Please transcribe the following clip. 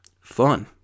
fun